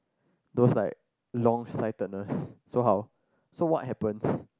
those like long sightedness so how so what happens